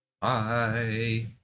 bye